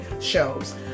shows